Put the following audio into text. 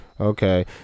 Okay